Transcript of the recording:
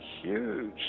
huge